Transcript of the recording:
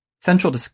Central